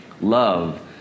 love